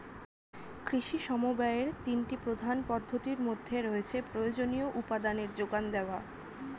কৃষি সমবায়ের তিনটি প্রধান পদ্ধতির মধ্যে রয়েছে প্রয়োজনীয় উপাদানের জোগান দেওয়া